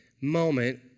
moment